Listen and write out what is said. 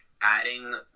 adding